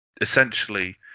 essentially